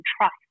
trust